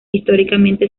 históricamente